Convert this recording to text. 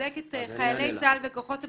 לחזק את חיילי צה"ל וכוחות הביטחון.